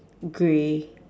grey